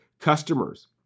customers